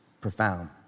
profound